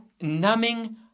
numbing